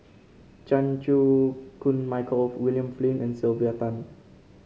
Chan Chew Koon Michael William Flint and Sylvia Tan